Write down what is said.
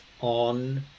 on